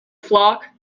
flock